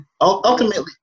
ultimately